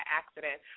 accident